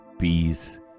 peace